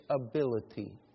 ability